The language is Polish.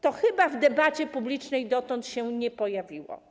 To chyba w debacie publicznej dotąd się nie pojawiło.